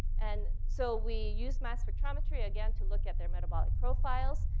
and so we used mass-spectrometry again to look at their metabolic profiles.